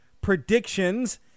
predictions